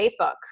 Facebook